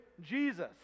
jesus